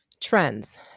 Trends